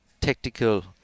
tactical